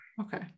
okay